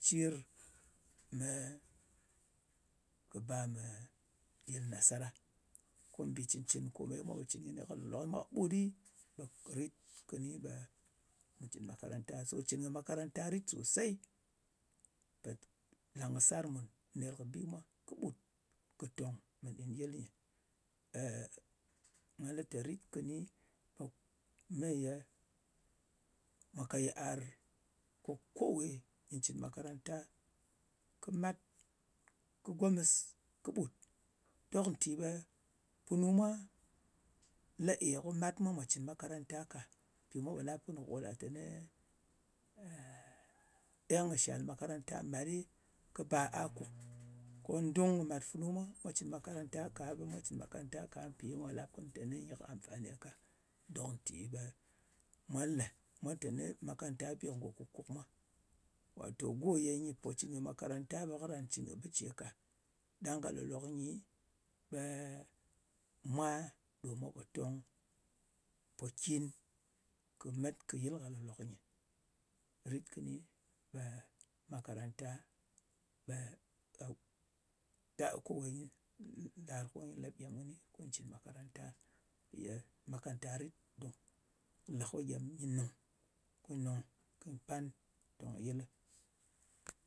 Cìr. Kɨ ɓa mɨ yɨl nasara. Ko mbì cɨn-cɨn kòmè mwa pò cɨn kɨnɨ ka lòk lòk nyɨ mwa kɨɓut ɗɨ ɓe rit kɨni ɓe mù cɨn makaranta. So cɨn kɨ makaranta rit sòsey. po lang kɨ sar mùn ner kɨ bi mwa kɨɓut kɨ tòng mɨ nɗin yɨl. nga lɨ te tòng nɗin yɨlɨ, rit kɨni ɓe me ye mwa ka yɨar ko kowe nyɨ cɨn makaranta, kɨ mat kɨ gomɨs kɨɓut. Dok nti ɓe punu mwa la e ko màt nyɨ cɨn makaranta ka. Mpì mwa pò lap kɨnɨ kò là teni eng kɨ shàl makaranta màt ɗɨ ɓe kɨ bar akùk. Ko dung kɨ màt funu mwa ɓe mwa cɨn makaranta ka ɓe mwa cɨn makaranta ka mpì ye mwa po lap kɨnɨ teni nyɨ kɨ amfani ka. Ɗok ntì ɓe mwa le, mwa teni makaranta bi kɨ ngò kùkùk mwa. Watò go ye nyɨ pò cɨn kɨ makaranta ɓe karan cɨn kɨ bɨ ce ka. Ɗang ka lòk-lok nyi, ɓe mwa ɗo mwa pò tong mpòkin kì met kɨ yɨl ka lolok nyɨ. Rit kɨni ɓe makaranta kowe nyɨ dàr ko nyɨ lèp gyem kɨnɨ ko nyɨ cɨn makaranta ɗɨ, mpì yè makaranta rit dun. Lè ko gyem nyɨ nùng. Kɨ nùng kɨy pan tòng kɨ yɨl ɗɨ.